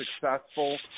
successful